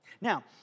Now